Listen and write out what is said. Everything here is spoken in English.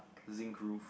zinc groove